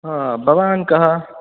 हा भवान् कः